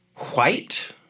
White